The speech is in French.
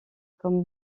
comme